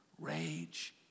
rage